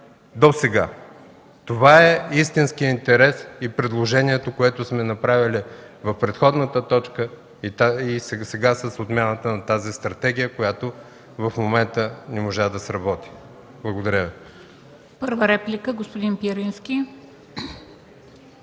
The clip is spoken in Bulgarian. досега. Това е истинският интерес и предложението, което сме направили в предходната точка и сега с отмяната на стратегията, която в момента не можа да сработи. Благодаря. ПРЕДСЕДАТЕЛ МЕНДА СТОЯНОВА: